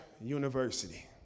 University